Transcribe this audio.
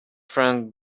friend